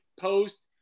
post